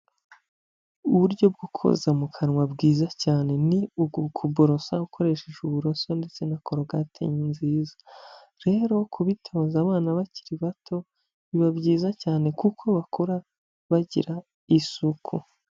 Uburyo bwo koza mu kanwa bwiza cyane ni ukuborosa ukoresheje uburoso ndetse na korogati nziza. Rero kubitoza abana bakiri bato biba byiza cyane kuko bakura bagira isuku.